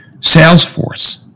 Salesforce